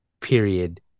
period